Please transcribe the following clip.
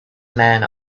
men